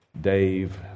Dave